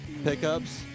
Pickups